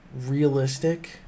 realistic